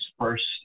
first